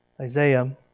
Isaiah